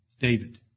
David